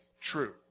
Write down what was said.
true